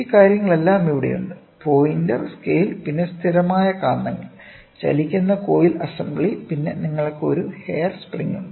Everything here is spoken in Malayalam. ഈ കാര്യങ്ങളെല്ലാം ഇവിടെയുണ്ട് പോയിന്റർ സ്കെയിൽ പിന്നെ സ്ഥിരമായ കാന്തങ്ങൾ ചലിക്കുന്ന കോയിൽ അസംബ്ലി പിന്നെ നിങ്ങൾക്ക് ഒരു ഹെയർ സ്പ്രിംഗ് ഉണ്ട്